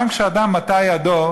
גם כשאדם מטה ידו,